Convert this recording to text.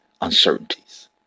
uncertainties